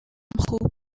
خوب